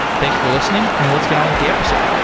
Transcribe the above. thanks for listening, and let's get on with the episode.